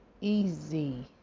easy